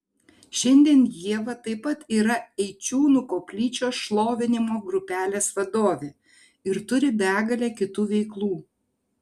šiandien ieva taip pat yra eičiūnų koplyčios šlovinimo grupelės vadovė ir turi begalę kitų veiklų